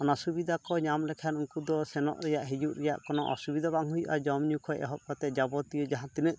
ᱚᱱᱟ ᱥᱩᱵᱤᱫᱟᱠᱚ ᱧᱟᱢ ᱞᱮᱠᱷᱟᱱ ᱩᱱᱠᱩ ᱫᱚ ᱥᱮᱱᱚᱜ ᱨᱮᱭᱟᱜ ᱦᱤᱡᱩᱜ ᱨᱮᱭᱟᱜ ᱠᱳᱱᱳ ᱚᱥᱩᱵᱤᱫᱷᱟ ᱵᱟᱝ ᱦᱩᱭᱩᱜᱼᱟ ᱡᱚᱢᱼᱧᱩ ᱠᱷᱚᱡ ᱮᱦᱚᱵ ᱠᱟᱛᱮ ᱡᱟᱵᱚᱛᱤᱭᱚ ᱡᱟᱦᱟᱸ ᱛᱤᱱᱟᱹᱜ